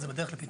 זה בדרך לפתרון.